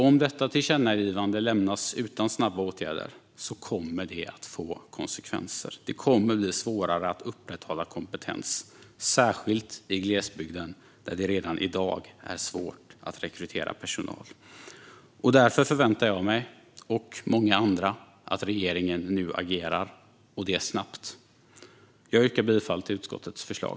Om detta tillkännagivande lämnas utan snabba åtgärder kommer det att leda till konsekvenser. Det kommer att bli svårare att upprätthålla kompetensen, särskilt i glesbygd där det redan i dag är svårt att rekrytera personal. Därför är vi nu många som förväntar oss att regeringen agerar och det snabbt. Fru talman! Jag yrkar bifall till utskottets förslag.